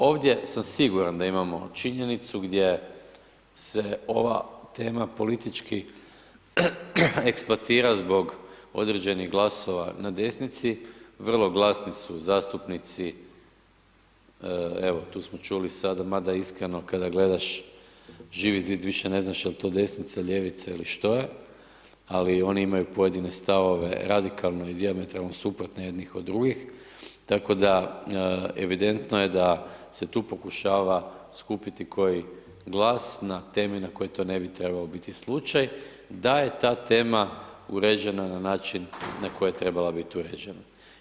Ovdje sam siguran da imamo činjenicu gdje se ova tema politički eksploatira zbog određenih glasova na desnici, vrlo glasni su zastupnici evo tu smo čuli sada mada iskreno kada gledaš Živi zid više ne znaš jel to desnica, lijevica ili što je, ali oni imaju pojedine stavove radikalno i dijametralno suprotne jednih od drugih tako da evidentno je da se tu pokušava skupiti koji glas na teme na koje to ne bi trebao biti slučaj, da je ta tema uređena na način na koji je trebala bit uređena.